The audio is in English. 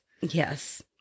Yes